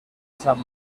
san